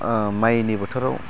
माइनि बोथोराव